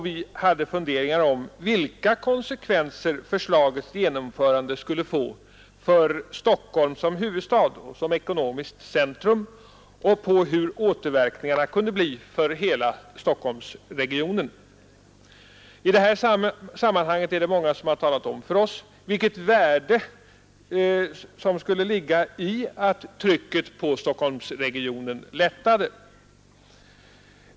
Vi hade funderingar om vilka konsekvenser förslagets genomförande skulle få för Stockholm som huvudstad och ekonomiskt centrum och om hur återverkningarna kunde bli för hela Stockholmsregionen. I det här sammanhanget är det många som talat om för oss vilket värde som skulle ligga i att trycket på Stockholmsregionen lättade.